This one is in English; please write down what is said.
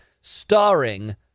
starring